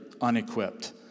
unequipped